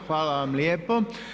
Hvala vam lijepo.